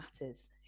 matters